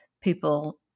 people